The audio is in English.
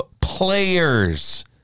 players